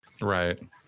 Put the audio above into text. Right